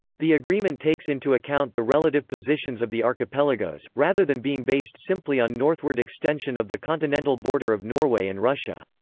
the agreement takes into account the relative positions of the archipelagos, rather than being based simply on northward extension of the continental border of norway and russia.